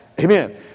Amen